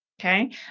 Okay